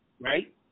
right